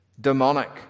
demonic